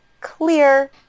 clear